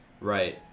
right